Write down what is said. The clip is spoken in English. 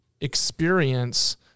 experience